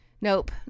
Nope